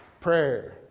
Prayer